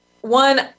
One